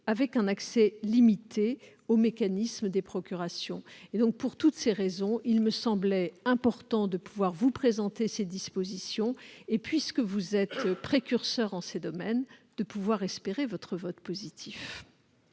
avec un accès limité au mécanisme des procurations. Pour toutes ces raisons, il me semblait important de pouvoir vous présenter ces dispositions, et, puisque vous êtes précurseurs en ces domaines, de pouvoir espérer un vote positif